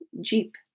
jeep